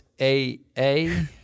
A-A